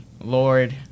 Lord